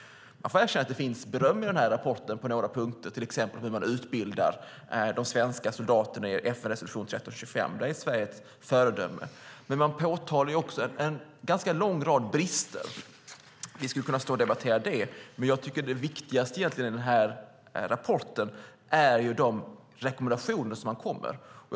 Jag får erkänna att det i rapporten finns beröm på några punkter, till exempel om hur man utbildar de svenska soldaterna i FN-resolution 1325. Där är Sverige ett föredöme. Men man påtalar också en ganska lång rad brister. Vi skulle kunna debattera det, men jag tycker att det viktigaste i rapporten egentligen är de rekommendationer som man kommer med.